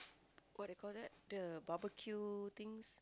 what about like the barbeque things